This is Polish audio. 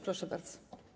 Proszę bardzo.